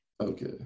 okay